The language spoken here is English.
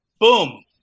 Boom